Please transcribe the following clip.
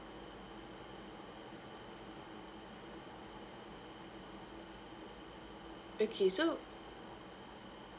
okay so